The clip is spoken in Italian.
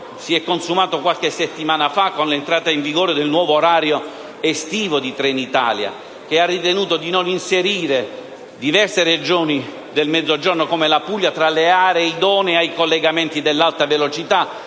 si è consumato qualche settimana fa con l'entrata in vigore nel nuovo orario estivo di Trenitalia, che ha ritenuto di non inserire diverse Regioni del Mezzogiorno, come la Puglia, tra le aree idonee ai collegamenti dell'alta velocità